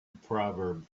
proverb